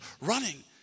running